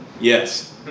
Yes